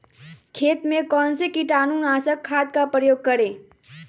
खेत में कौन से कीटाणु नाशक खाद का प्रयोग करें?